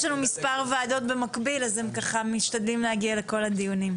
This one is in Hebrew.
יש לנו מספר ועדות במקביל אז הם משתדלים להגיע לכל הדיונים.